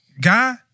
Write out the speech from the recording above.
guy